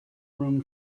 room